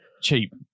cheap